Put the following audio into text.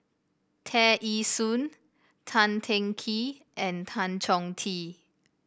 Tear Ee Soon Tan Teng Kee and Tan Chong Tee